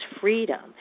freedom